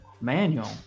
manual